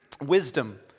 Wisdom